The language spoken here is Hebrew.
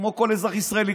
כמו לכל אזרח ישראלי,